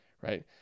right